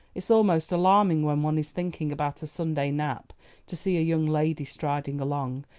it's almost alarming when one is thinking about a sunday nap to see a young lady striding along,